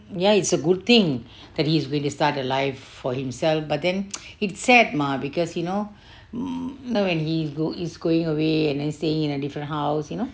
ya it's a good thing that he is going to start a live for himself but then it sad mah because you know when he go is going away and then staying in a different house you know